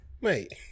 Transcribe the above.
Mate